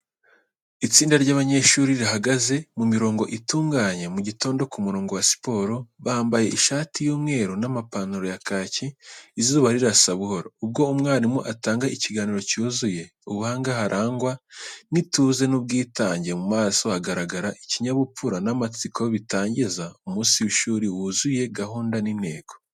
Itsinda ry'abanyeshuri rihagaze mu mirongo itunganye mu gitondo ku murongo wa siporo, bambaye ishati y’umweru n’amapantaro ya kaki. Izuba rirasa buhoro, ubwo umwarimu atanga ikiganiro cyuzuye ubuhanga harangwa n'ituze n’ubwitange mu maso hagaragara ikinyabupfura n’amatsiko bitangiza umunsi w’ishuri wuzuye gahunda n’intego.